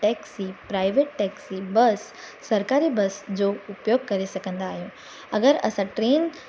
taxi private taxi bus सरकारी bus जो उपयोग करे सघंदा आहियूं अगरि असां ट्रेन